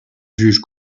juge